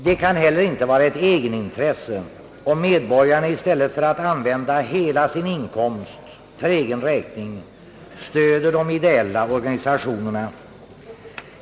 Det kan heller inte vara ett egenintresse om medborgarna i stället för att använda hela sin inkomst för egen räkning stöder de ideella organisationerna.